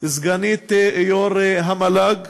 סגנית יו"ר המל"ג,